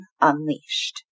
Unleashed